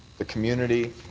the community,